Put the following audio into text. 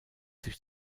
sich